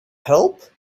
help